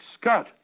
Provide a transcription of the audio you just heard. Scott